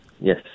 Yes